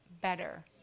better